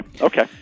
okay